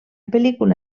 pel·lícula